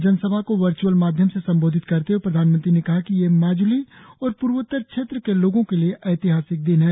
जनसभा को वर्च्अल माध्यम से संबोधित करते हुए प्रधामनंत्री ने कहा कि ये माज्ली और पूर्वोत्तर क्षेत्र के लोगों के लिए एतिहासिक दिन है